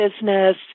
business